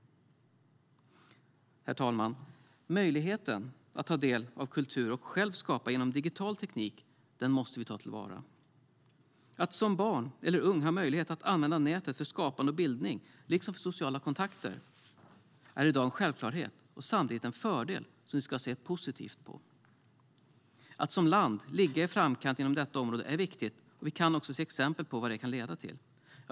Herr talman! Möjligheten att ta del av kultur och själv skapa genom digital teknik måste tas till vara. Att som barn eller ung ha möjlighet att använda nätet för skapande och bildning liksom för sociala kontakter är i dag en självklarhet och samtidigt en fördel vi ska se positivt på. Att som land ligga i framkant inom detta område är viktigt, och vi kan också se exempel på vad det kan leda till.